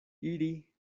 iri